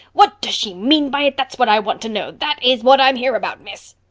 what does she mean by it, that is what i want to know. that is what i'm here about, miss.